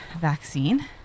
vaccine